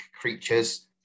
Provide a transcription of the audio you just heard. creatures